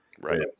right